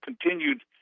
continued